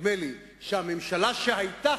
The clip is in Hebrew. נדמה לי שהממשלה שהיתה,